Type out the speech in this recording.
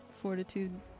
fortitude